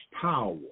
power